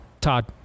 Todd